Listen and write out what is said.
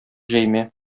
җәймә